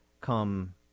come